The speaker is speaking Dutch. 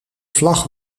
vlag